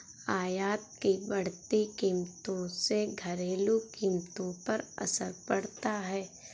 आयात की बढ़ती कीमतों से घरेलू कीमतों पर असर पड़ता है